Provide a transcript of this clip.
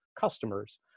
customers